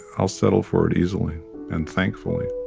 i'll settle for it easily and thankfully